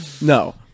No